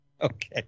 Okay